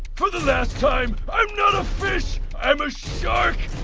for the last time, i'm not a fish. i'm a shark,